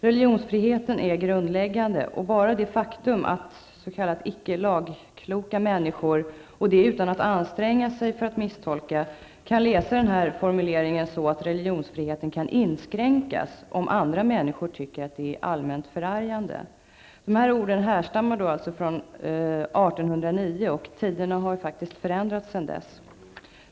Religionsfriheten är grundläggande, och bara det faktum att s.k. icke lagkloka människor kan läsa den här formuleringen så, att religionsfriheten kan inskränkas om andra människor tycker att religionsutövandet är allmänt förargande -- och detta utan att anstränga sig. De här orden härstammar alltså från 1809, och tiderna har faktiskt förändrats sedan dess.